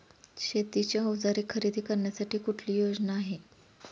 शेतीची अवजारे खरेदी करण्यासाठी कुठली योजना आहे?